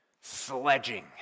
sledging